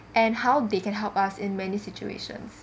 and how they can help us in many situations